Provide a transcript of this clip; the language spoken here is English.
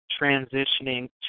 transitioning